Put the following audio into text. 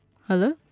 hello